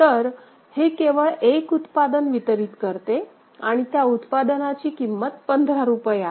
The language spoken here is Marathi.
तर हे केवळ एक उत्पादन वितरीत करते आणि त्या उत्पादनाची किंमत 15 रुपये आहे